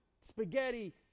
spaghetti